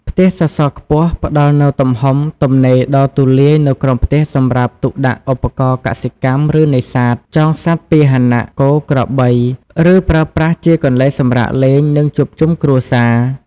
ផ្ទះសសរខ្ពស់ផ្តល់នូវទំហំទំនេរដ៏ទូលាយនៅក្រោមផ្ទះសម្រាប់ទុកដាក់ឧបករណ៍កសិកម្ម ឬនេសាទ ចងសត្វពាហនៈ គោ ក្របី ឬប្រើប្រាស់ជាកន្លែងសម្រាកលេង និងជួបជុំគ្រួសារ ។